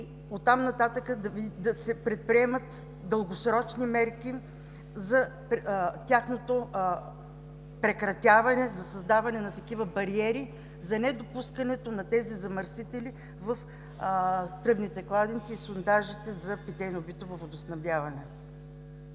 оттам нататък да се предприемат дългосрочни мерки за прекратяване, създаване на бариери и недопускане на тези замърсители в тръбните кладенци и сондажи за питейно-битово водоснабдяване.